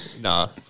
no